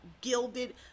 gilded